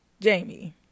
jamie